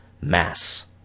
mass